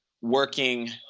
working